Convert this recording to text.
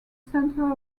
centre